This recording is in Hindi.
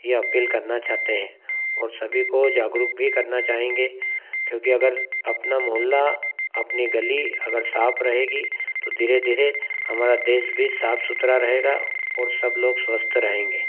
यह अपील करना चाहते हैं और सभी को जागरूक भी करना चाहेंगे क्योंकि अगर अपना मोहल्ला अपनी गली अगर साफ रहेगी तो धीरे धीरे हमारा देश भी साफ सुथरा रहगा और सब लोग स्वस्थ रहेंगे